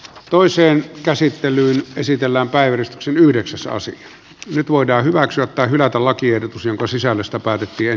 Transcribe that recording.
toiseen käsittelyyn esitellään päivät yhdeksäs saisi nyt voidaan hyväksyä tai hylätä lakiehdotus jonka sisällöstä päätettiin